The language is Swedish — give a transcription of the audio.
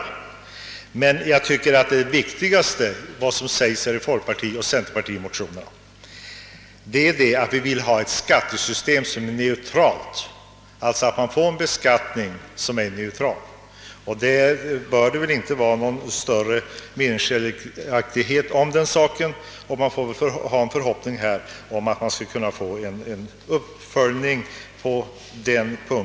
Viktigast av vad som säges i motionerna är att vi vill ha ett skattesystem som är neutralt, och det borde inte behöva råda några större meningsskiljaktigheter om den saken.